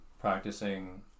practicing